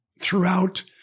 throughout